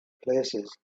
places